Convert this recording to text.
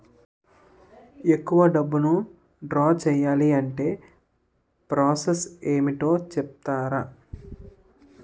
ఎక్కువ డబ్బును ద్రా చేయాలి అంటే ప్రాస సస్ ఏమిటో చెప్తారా?